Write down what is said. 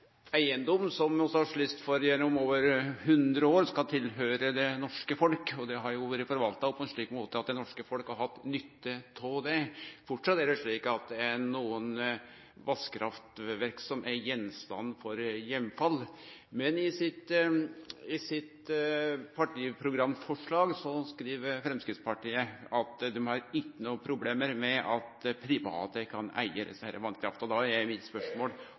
eigedom som vi i over 100 år har slåst for skal høyre til det norske folk. Ho har vore forvalta på ein slik måte at det norske folk har hatt nytte av det. Framleis er det slik at det er nokre vasskraftverk der heimfall gjeld. I sitt partiprogramforslag skriv Framstegspartiet at dei ikkje har noko problem med at private kan eige vasskrafta. Da er mitt spørsmål: